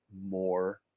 more